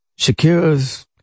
Shakira's